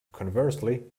conversely